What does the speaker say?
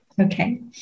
okay